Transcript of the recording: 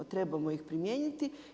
Trebamo ih primijeniti.